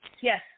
Yes